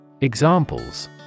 Examples